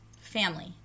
family